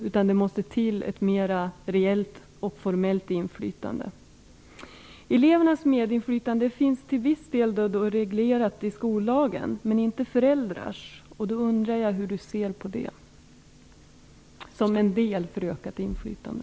Det måste till ett mer reellt och formellt inflytande. Elevernas medinflytande finns till viss del reglerat i skollagen, men inte föräldrars. Jag undrar hur skolministern ser på detta som en del i ett ökat inflytande.